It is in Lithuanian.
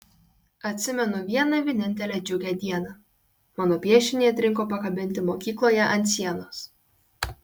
atsimenu vieną vienintelę džiugią dieną mano piešinį atrinko pakabinti mokykloje ant sienos